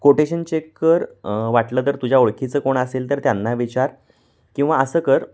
quotation check कर वाटलं तर तुझ्या ओळखीचं कोण असेल तर त्यांना विचार किंवा असं कर